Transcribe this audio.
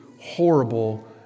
horrible